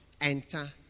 enter